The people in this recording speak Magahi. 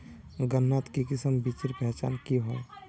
गन्नात किसम बिच्चिर पहचान की होय?